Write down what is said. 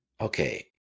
okay